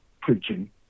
preaching